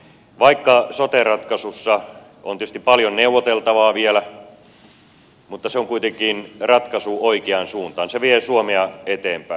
vaikka sote ratkaisussa on tietysti paljon neuvoteltavaa vielä se on kuitenkin ratkaisu oikeaan suuntaan se vie suomea eteenpäin